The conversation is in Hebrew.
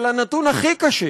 אבל הנתון הכי קשה